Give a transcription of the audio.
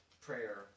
prayer